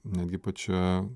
netgi pačia